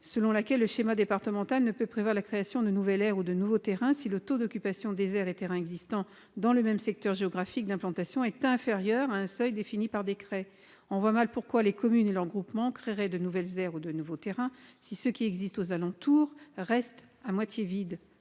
selon laquelle le schéma départemental ne peut prévoir la création de nouvelles aires ou de nouveaux terrains si le taux d'occupation des aires et terrains existant dans le même secteur géographique d'implantation est inférieur à un seuil défini par décret. On voit mal pourquoi les communes et leurs groupements créeraient de nouvelles aires ou de nouveaux terrains si ceux qui existent aux alentours restent à moitié vides